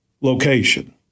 location